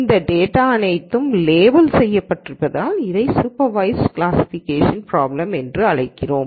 இந்தத் டேட்டா அனைத்தும் லேபிள் செய்யப்பட்டிருப்பதால் இதை சூப்பர்வய்ஸ்ட் கிளாசிஃபிகேஷன் பிராப்ளம் என்று அழைக்கிறோம்